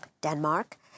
Denmark